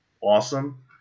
awesome